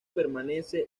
permanece